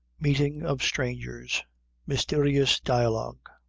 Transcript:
meeting of strangers mysterious dialogue.